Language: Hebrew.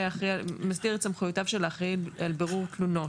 במסגרת סמכויותיו של האחראי על בירור תלונות.